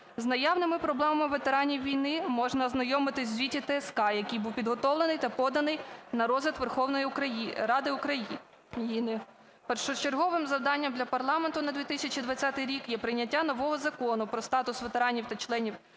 З наявними проблемами ветеранів війни можна ознайомитися в звіті ТСК, який був підготовлений та поданий на розгляд Верховної Ради України. Першочерговим завданням для парламенту на 2020 рік є прийняття нового Закону про статус ветеранів та членів